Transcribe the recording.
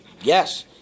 Yes